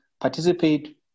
participate